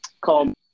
called